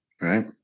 right